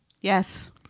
yes